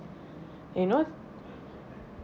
you know